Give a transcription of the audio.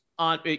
On